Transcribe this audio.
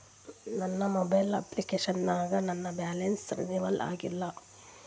ನನ್ನ mobile application ನಾಗ ನನ್ ಬ್ಯಾಲೆನ್ಸ್ ರೀನೇವಲ್ ಆಗಿಲ್ಲ